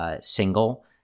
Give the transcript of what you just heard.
single